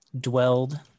dwelled